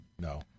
No